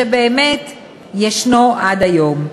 שבאמת ישנו עד היום.